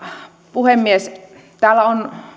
puhemies täällä on